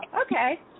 okay